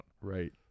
Right